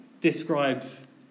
describes